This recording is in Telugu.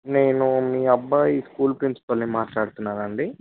నేను మీ అబ్బాయి స్కూల్ ప్రిన్సిపల్ని మాట్లాడుతున్నాను అండి